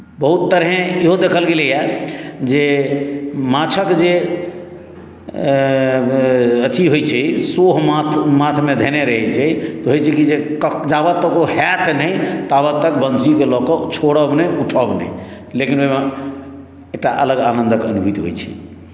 बहुत तरहे इहो देखल गेलैए जे माछक जे अथी होइत छै सोह माथमे धेने रहैत छै तऽ होइत छै कि जे जाबत तक ओ हैत नहि ताबत तक बंशीकेँ लऽ कऽ छोड़ब नहि उठब नहि लेकिन ओहिमे एकटा अलग आनन्दक अनुभूति होइत छै